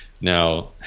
Now